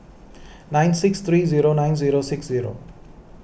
nine six three zero nine zero six zero